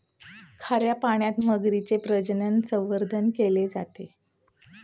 खाऱ्या पाण्यात मगरीचे प्रजनन, संवर्धन केले जाते